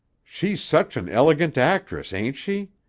she's such an elegant actress, ain't she?